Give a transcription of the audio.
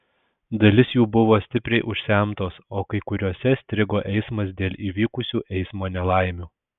dalis jų buvo stipriai užsemtos o kai kuriose strigo eismas dėl įvykusių eismo nelaimių